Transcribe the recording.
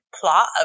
plot